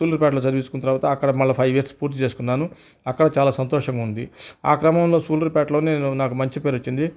సూళ్లూరుపేటలో చదివించుకున్న తర్వాత అక్కడ మరలా ఫైవ్ ఇయర్స్ పూర్తి చేసుకున్నాను అక్కడ చాలా సంతోషం ఉంది ఆ క్రమంలో సూళ్లూరుపేటలోనే నేను నాకు మంచి పేరు వచ్చింది